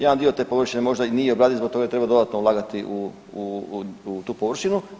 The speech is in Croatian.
Jedan dio te površine možda i nije obradiv i zbog toga treba dodatno ulagati u tu površinu.